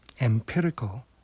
empirical